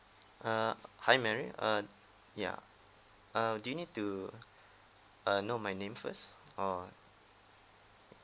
err hi mary err ya err do you need to err know my name first or